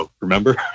Remember